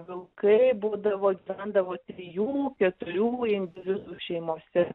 vilkai būdavo gyvendavo trijų keturių individų šeimose